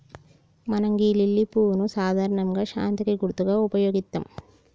మనం గీ లిల్లీ పువ్వును సాధారణంగా శాంతికి గుర్తుగా ఉపయోగిత్తం